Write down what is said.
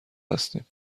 هستیم